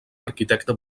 arquitecte